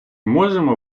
можемо